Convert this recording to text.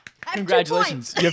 Congratulations